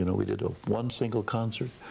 you know we did one single concert.